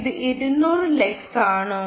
ഇത് 200 ലക്സ് ആണോ